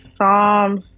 Psalms